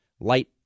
light